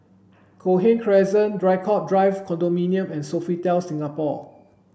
Cochrane Crescent Draycott Drive Condominium and Sofitel Singapore